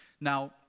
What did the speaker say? Now